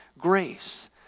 grace